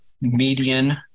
median